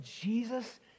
Jesus